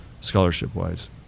scholarship-wise